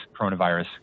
coronavirus